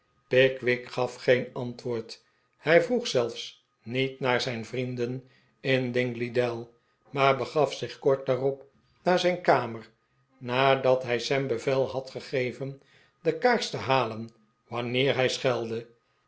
pickwick gaf geen antwoordj hij vioeg zelfs niet naar zijn vrienden in dingleydell maar begaf zich kort daarop naar zijn kamer nadat hij sam bevel had gegeven de kaars te halen wanneer hij